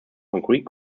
concrete